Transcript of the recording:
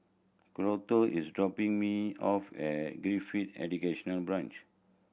Colter is dropping me off at Gifted Educational Branch